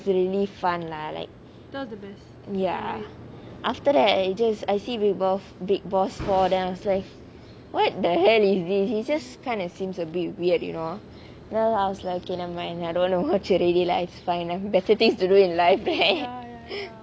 really fun lah like ya after that it just I see big boss big boss four then I was like what the hell is this he just kind of seems a bit weird you know then I was like okay never mind I don't want to watch already lah it's fine lah better things to do in life